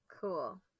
Cool